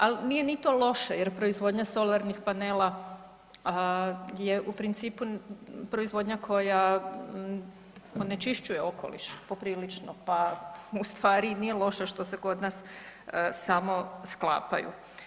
Ali nije ni to loše, jer proizvodnja solarnih panela je u principu proizvodnja koja onečišćuje okoliš poprilično, pa u stvari nije loše što se kod nas samo sklapaju.